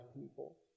people